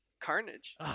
Carnage